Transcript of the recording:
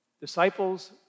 Disciples